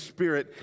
Spirit